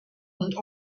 und